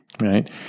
right